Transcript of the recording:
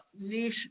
niche